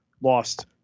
lost